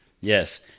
yes